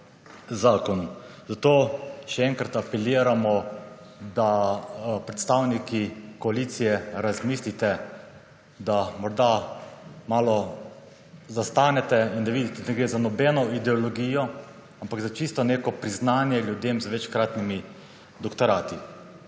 Zato še enkrat apeliramo, da predstavniki koalicije razmislite, da morda malo zastanete in da vidite, da ne gre za nobeno ideologijo ampak za čisto neko priznanje ljudem z večkratnimi doktorati.